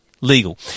legal